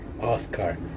Oscar